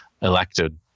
elected